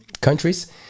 countries